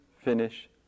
finish